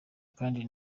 kandi